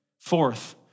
Fourth